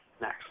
next